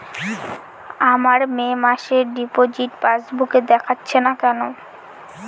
আমার মে মাসের ডিপোজিট পাসবুকে দেখাচ্ছে না কেন?